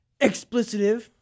Explicitive